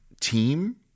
team